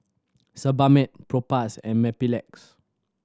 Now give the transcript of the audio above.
Sebamed Propass and Mepilex